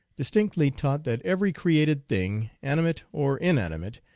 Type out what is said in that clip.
distinctly taught that every created thing, animate or inanimate,